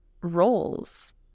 roles